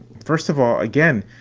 first of all, again,